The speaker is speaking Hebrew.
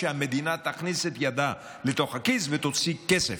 שהמדינה תכניס את ידה לתוך הכיס ותוציא כסף,